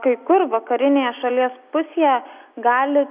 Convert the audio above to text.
kai kur vakarinėje šalies pusėje gali